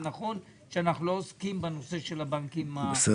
נכון שאנחנו לא עוסקים בנושא של גודל